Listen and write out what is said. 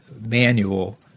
manual